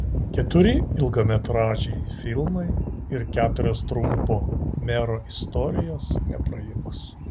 keturi ilgametražiai filmai ir keturios trumpo mero istorijos neprailgs